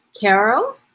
Carol